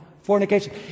Fornication